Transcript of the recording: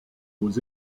aux